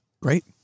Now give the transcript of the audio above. Great